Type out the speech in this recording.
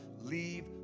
leave